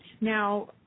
Now